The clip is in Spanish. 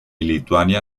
lituania